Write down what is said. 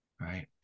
right